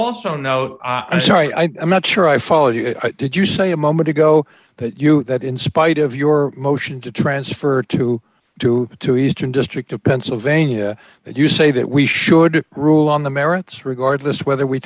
also note i'm sorry i am not sure i follow you did you say a moment ago that you that in spite of your motion to transfer to do to eastern district of pennsylvania that you say that we should rule on the merits regardless whether we